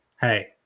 Hey